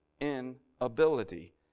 inability